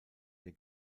der